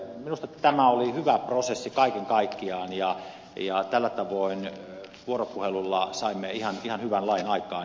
minusta tämä oli hyvä prosessi kaiken kaikkiaan ja tällä tavoin vuoropuhelulla saimme ihan hyvän lain aikaan